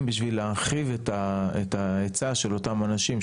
בשביל להרחיב את ההיצע של אותם אנשים,